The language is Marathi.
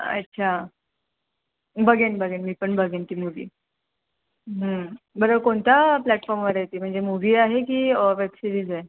अच्छा बघेन बघेन मी पण बघेन ती मूव्ही बरं कोणत्या प्लॅटफॉमवर आहे ती म्हणजे मूव्ही आहे की वेबसिरीज